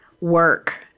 work